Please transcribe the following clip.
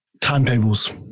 timetables